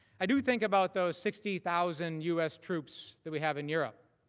i do think about those sixty thousand u s. troops that we have in europe.